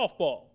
Softball